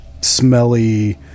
smelly